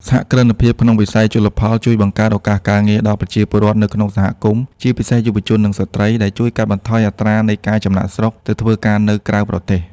សហគ្រិនភាពក្នុងវិស័យជលផលជួយបង្កើតឱកាសការងារដល់ប្រជាពលរដ្ឋនៅក្នុងសហគមន៍ ជាពិសេសយុវជន និងស្ត្រី ដែលជួយកាត់បន្ថយអត្រានៃការចំណាកស្រុកទៅធ្វើការនៅក្រៅប្រទេស។